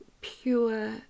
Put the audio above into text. pure